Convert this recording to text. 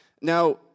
Now